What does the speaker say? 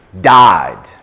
died